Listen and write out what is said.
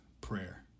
prayer